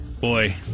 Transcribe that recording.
Boy